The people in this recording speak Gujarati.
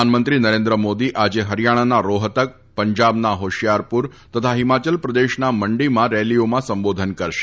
પ્રધાનમંત્રી નરેન્દ્ર મોદી આજે હરિયાણાના રોહતક પંજાબ ફોશીયારપુર તથા હિમાચલ પ્રદેશના મંડીમાં રેલીઓમાં સંબોધન કરશે